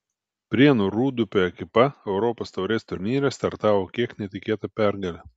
prienų rūdupio ekipa europos taurės turnyre startavo kiek netikėta pergale